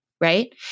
right